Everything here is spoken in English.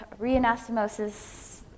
reanastomosis